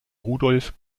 rudolf